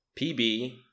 PB